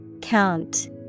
Count